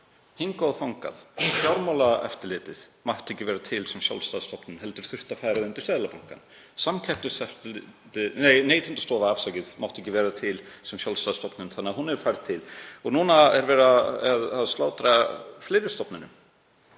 hingað og þangað. Fjármálaeftirlitið mátti ekki vera til sem sjálfstæð stofnun heldur þurfti að færa það undir Seðlabankann. Neytendastofa mátti ekki vera til sem sjálfstæð stofnun þannig að hún er færð til og nú er verið að slátra fleiri stofnunum.